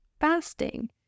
fasting